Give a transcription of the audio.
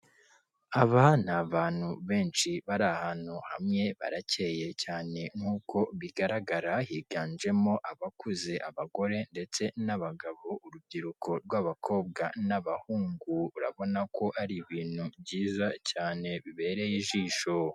Aba ni abantu benshi bari ahantu hamwe baracyeye cyane nk'uko bigaragara, higanjemo abakuze, abagore ndetse n'abagabo, urubyiruko rw'abakobwa n'abahungu, urabona ko ari ibintu byiza cyane bibereye ijisho.